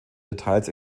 details